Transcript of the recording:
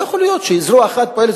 לא יכול להיות שזרוע אחת פועלת,